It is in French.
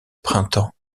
printemps